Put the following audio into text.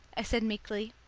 i said meekly.